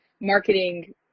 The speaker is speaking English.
marketing